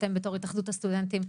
אתם בתור התאחדות הסטודנטים,